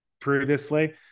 previously